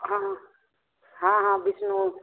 हँ हँ हँ हँ विष्णुओँ जी